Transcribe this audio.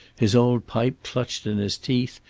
his old pipe clutched in his teeth,